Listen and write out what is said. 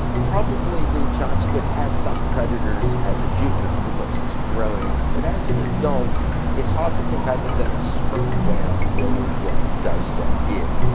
probably the giant squid has some predators as a juvenile, because it's growing. but as an adult it's hard to think, other than a sperm whale, really what does them in.